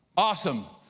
awesome.